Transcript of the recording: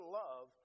love